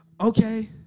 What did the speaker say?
okay